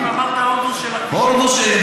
הוא מקשיב, אמרת "הורדוס של הכבישים".